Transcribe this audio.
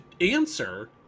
answer